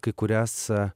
kai kurias